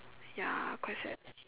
ya quite sad